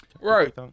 Right